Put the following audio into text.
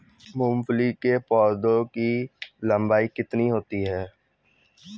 मूंगफली के पौधे की लंबाई कितनी होती है?